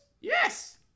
Yes